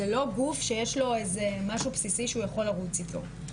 זה לא גוף שיש לו משהו בסיסי שהוא יכול לרוץ איתו.